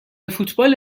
فوتبال